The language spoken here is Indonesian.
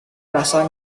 rasa